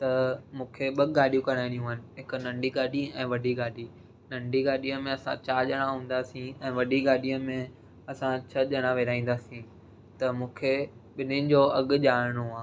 त मूंखे ॿ गाॾियूं कराइणियूं आहिनि हिकु नंढी गाॾी ऐं वॾी गाॾी नंढी गाॾीअ में असां चारि ॼणा हूंदासीं ऐं वॾी गाॾीअ में असां छह ॼणा विरिहाईंदासीं त मूंखे ॿिन्हिनि जो अघु जाणणो आहे